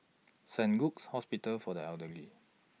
Saint Luke's Hospital For The Elderly